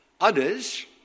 Others